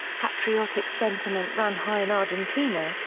patriotic sentiment ran high in argentina,